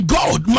God